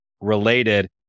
related